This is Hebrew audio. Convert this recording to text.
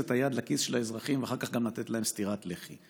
את היד לכיס של האזרחים ואחר כך גם לתת להם סטירת לחי.